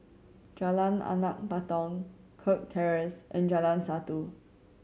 Jalan Anak Patong Kirk Terrace and Jalan Satu